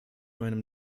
meinem